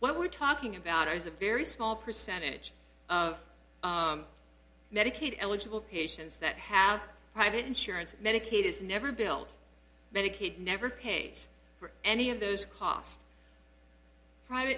what we're talking about is a very small percentage of medicaid eligible patients that have private insurance and medicaid is never built medicaid never pays for any of those costs private